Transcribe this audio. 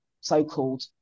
so-called